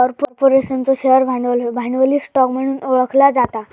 कॉर्पोरेशनचो शेअर भांडवल, भांडवली स्टॉक म्हणून ओळखला जाता